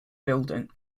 building